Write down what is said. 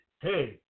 hey